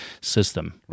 system